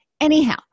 Anyhow